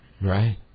Right